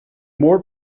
more